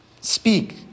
Speak